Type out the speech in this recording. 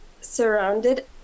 surrounded